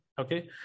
okay